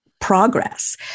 progress